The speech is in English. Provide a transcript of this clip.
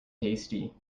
tasty